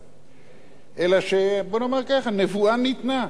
בואו נאמר כך: נבואה ניתנה.